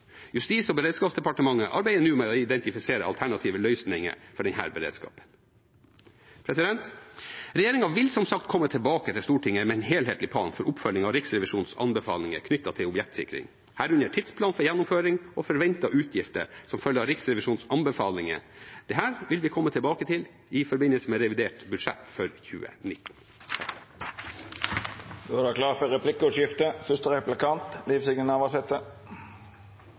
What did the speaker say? Justis- og beredskapsdepartementet arbeider nå med å identifisere alternative løsninger for denne beredskapen. Regjeringen vil som sagt komme tilbake til Stortinget med en helhetlig plan for oppfølging av Riksrevisjonens anbefalinger knyttet til objektsikring, herunder tidsplan for gjennomføring og forventede utgifter som følge av Riksrevisjonens anbefalinger. Dette vil vi komme tilbake til i forbindelse med revidert budsjett for 2019. Det vert replikkordskifte. I budsjettet for